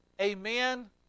Amen